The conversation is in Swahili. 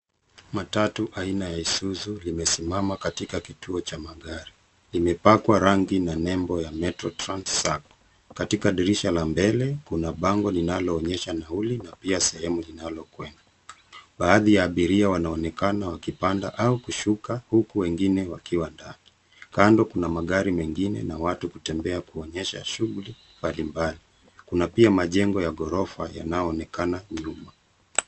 Matatu aina ya Isuzu limesimama katika kituo cha magari. Limepakwa rangi na nembo ya Metro Trans Sacco. Katika dirisha la mbele kuna bango linalo onyesha nauli na pia sehemu linalokwenda. Baadhi ya abiria wanaonekana wakipanda au kushuka, wengine wakiwa ndani. Kando kuna magari mengine na watu kutembea kuonyesha shughuli mbalimbali. Kuna pia majengo ya ghorofa inayoonekana nyuma.